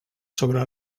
sobre